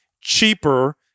cheaper